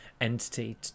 entity